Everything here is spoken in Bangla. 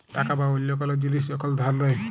টাকা বা অল্য কল জিলিস যখল ধার দেয়